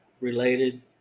related